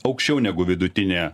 aukščiau negu vidutinė